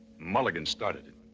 mulligan started it.